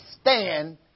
stand